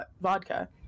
vodka